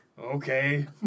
Okay